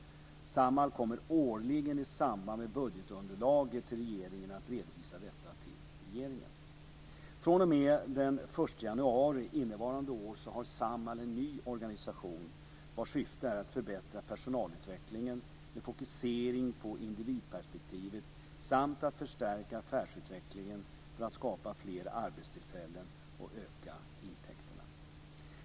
Samhall kommer årligen i samband med budgetunderlaget till regeringen att redovisa detta till regeringen. fr.o.m. den 1 januari innevarande år har Samhall en ny organisation vars syfte är att förbättra personalutvecklingen med fokusering på individperspektivet samt att förstärka affärsutvecklingen för att skapa fler arbetstillfällen och öka intäkterna.